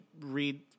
read